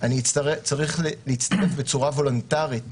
אתה צריך להצטרף בצורה וולונטרית